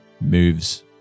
moves